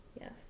Yes